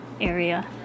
area